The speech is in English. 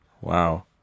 Wow